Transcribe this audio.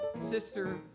sister